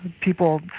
people